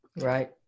Right